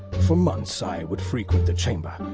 for months, i would frequent the chamber,